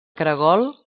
caragol